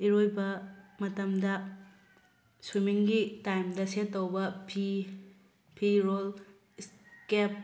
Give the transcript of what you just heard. ꯏꯔꯣꯏꯕ ꯃꯇꯝꯗ ꯁ꯭ꯋꯤꯃꯤꯡꯒꯤ ꯇꯥꯏꯝꯗ ꯁꯦꯠꯇꯧꯕ ꯐꯤ ꯐꯤꯔꯣꯜ ꯀꯦꯞ